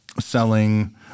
selling